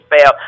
fail